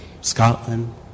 Scotland